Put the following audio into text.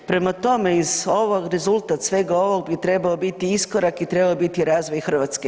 Prema tome, iz ovog, rezultat svega ovog bi trebao biti iskorak i trebao bi biti razvoj Hrvatske.